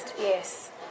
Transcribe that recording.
Yes